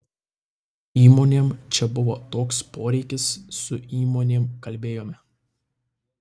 įmonėm čia buvo toks poreikis su įmonėm kalbėjome